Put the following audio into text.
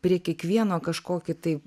prie kiekvieno kažkokį tai